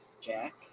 Jack